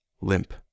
limp